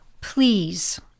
Please